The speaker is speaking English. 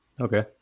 Okay